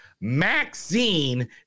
Maxine